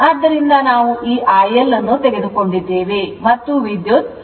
ಆದ್ದರಿಂದ ನಾವು ಈ IL ಅನ್ನು ತೆಗೆದುಕೊಂಡಿದ್ದೇವೆ ಮತ್ತು ವಿದ್ಯುತ್ 43